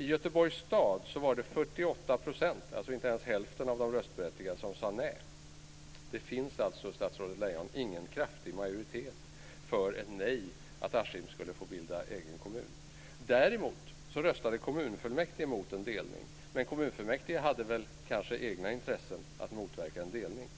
I Göteborgs stad var det 48 %, alltså inte ens hälften av de röstberättigade, som sade nej. Det finns således, statsrådet Lejon, ingen kraftig majoritet för ett nej till att Askim får bilda en egen kommun. Däremot röstade kommunfullmäktige mot en delning, men kommunfullmäktige hade kanske egna intressen av att motverka en delning.